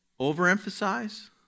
overemphasize